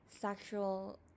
sexual